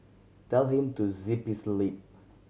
tell him to zip his lip